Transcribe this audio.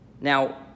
Now